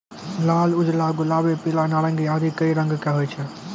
लाल, उजला, गुलाबी, पीला, नारंगी आदि कई रंग के होय छै